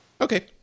Okay